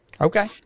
Okay